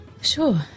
Sure